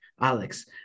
Alex